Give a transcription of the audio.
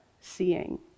seeing